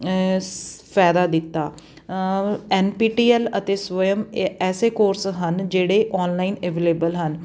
ਸ ਫਾਇਦਾ ਦਿੱਤਾ ਐੱਨ ਪੀ ਟੀ ਐੱਲ ਅਤੇ ਸਵਯਮ ਐਸੇ ਕੋਰਸ ਹਨ ਜਿਹੜੇ ਔਨਲਾਈਨ ਅਵੇਲੇਬਲ ਹਨ